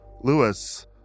Lewis